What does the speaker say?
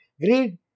Greed